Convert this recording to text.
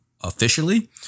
officially